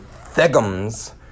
Thegum's